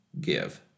give